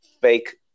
fake